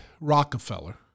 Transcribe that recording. Rockefeller